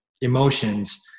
emotions